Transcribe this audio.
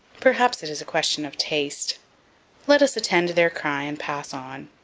perhaps it is a question of taste let us attend their cry and pass on.